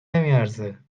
نمیارزه